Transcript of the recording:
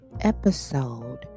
episode